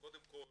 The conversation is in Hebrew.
קודם כל,